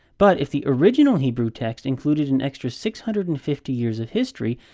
but, if the original hebrew text included an extra six hundred and fifty years of history,